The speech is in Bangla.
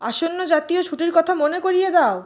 আসন্ন জাতীয় ছুটির কথা মনে করিয়ে দাও